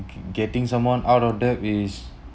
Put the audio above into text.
getting someone out of debt is